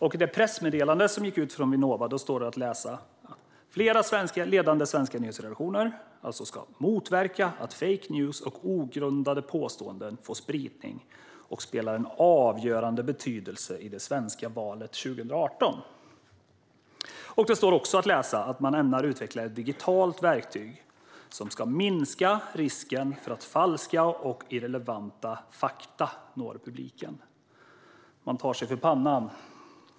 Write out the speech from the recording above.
I det pressmeddelande som gick ut från Vinnova står att läsa att "flera ledande svenska nyhetsredaktioner ska motverka att 'fake news' och ogrundade påståenden får spridning och spelar en avgörande betydelse i det svenska valet 2018". Det står också att läsa att man ämnar utveckla ett digitalt verktyg som ska "minska risken för att falska och irrelevanta fakta når publiken". Man tar sig för pannan.